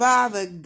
Father